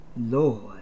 lord